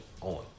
on